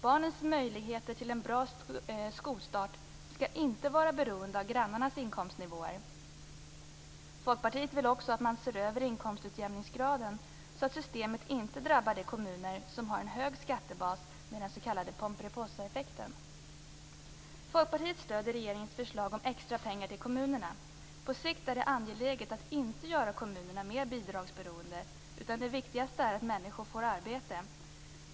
Barnens möjligheter till en bra skolstart skall inte vara beroende av grannarnas inkomstnivåer. Folkpartiet vill också att man ser över inkomstutjämningsgraden så att systemet inte drabbar de kommuner som har en hög skattebas med den s.k. Folkpartiet stöder regeringens förslag om extra pengar till kommunerna. På sikt är det angeläget att inte göra kommunerna mer bidragsberoende, utan det viktigaste är att människor får arbete.